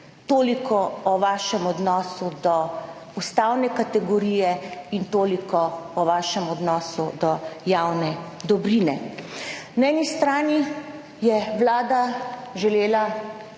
Toliko o vašem odnosu do ustavne kategorije in toliko o vašem odnosu do javne dobrine. Na eni strani je Vlada želela